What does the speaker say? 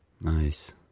Nice